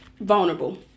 Vulnerable